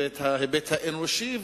ואת ההיבט האנושי,